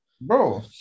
bro